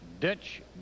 Ditch